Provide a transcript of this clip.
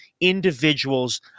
individuals